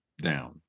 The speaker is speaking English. down